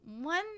One